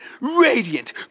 radiant